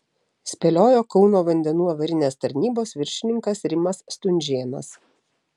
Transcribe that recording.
spėliojo kauno vandenų avarinės tarnybos viršininkas rimas stunžėnas